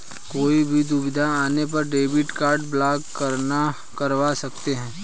कोई भी दुविधा आने पर डेबिट कार्ड ब्लॉक करवा सकते है